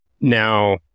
now